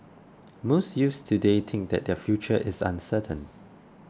most youths today think that their future is uncertain